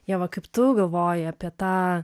ieva kaip tu galvoji apie tą